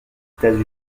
états